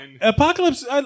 Apocalypse